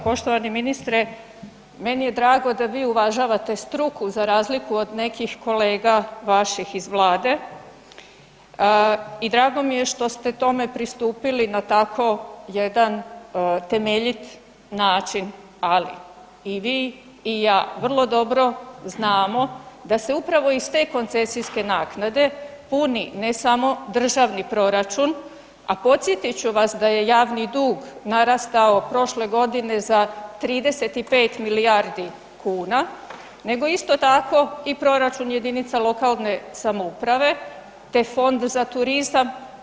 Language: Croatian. Poštovani ministre, meni je drago da vi uvažavate struku za razliku od nekih kolega vaših iz vlade i drago mi je što ste tome pristupili na tako jedan temeljit način, ali i vi i ja vrlo dobro znamo da se upravo iz te koncesijske naknade puni ne samo državni proračun, a podsjetit ću vas da je javni dug narastao prošle godine za 35 milijardi kuna, nego isto tako i proračun JLS-ova, te Fond za turizam.